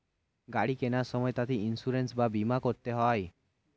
গাড়ি কেনার সময় তাতে ইন্সুরেন্স বা বীমা করতে হয়